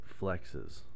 flexes